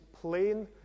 plain